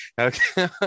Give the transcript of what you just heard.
Okay